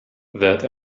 that